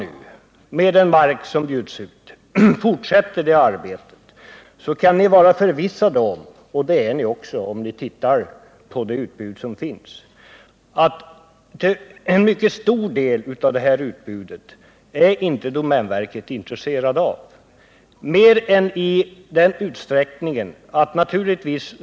Om man nu fortsätter det arbetet, kan ni vara förvissade om — det är ni också, om ni tittar på det utbud som finns — att en mycket stor del av utbudet är domänverket inte intresserat av.